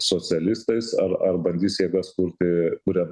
socialistais ar ar bandys jėgas kurti kuria